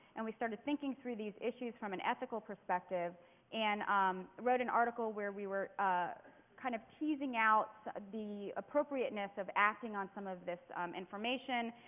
and we started thinking through these issues from an ethical perspective and um wrote an article where we were ah kind of teasing out the appropriateness of acting on some of this information.